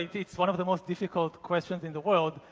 it's one of the most difficult questions in the world.